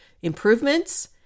improvements